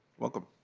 welcome.